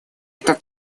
это